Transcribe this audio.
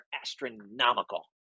astronomical